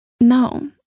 No